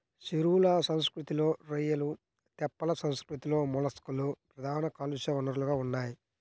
చెరువుల సంస్కృతిలో రొయ్యలు, తెప్పల సంస్కృతిలో మొలస్క్లు ప్రధాన కాలుష్య వనరులుగా ఉన్నాయి